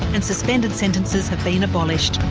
and suspended sentences have been abolished.